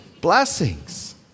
blessings